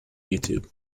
youtube